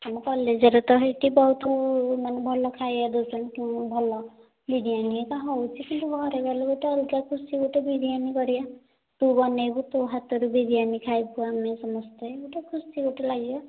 ଆମ କଲେଜରେ ତ ହେଇଟି ବହୁତ ଭଲ ଖାଇବା ଦେଉଛନ୍ତି ବହୁତ ଭଲ ବିରିୟାନୀ ତ ହେଉଛି କିନ୍ତୁ ଘରେ ଗଲେ ଗୋଟେ ଅଲଗା ଖୁସି ଗୋଟେ ବିରିୟାନୀ କରିବା ତୁ ବନେଇବୁ ତୋ ହାତରୁ ବିରିୟାନୀ ଖାଇବୁ ଆମେ ସମସ୍ତେ ଗୋଟେ ଖୁସି ଗୋଟେ ଲାଗିବ